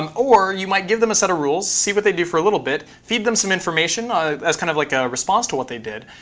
um or you might give them a set of rules, see what they do for a little bit, feed them some information as kind of like a response to what they did,